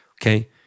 okay